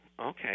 okay